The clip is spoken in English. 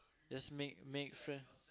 just make make friends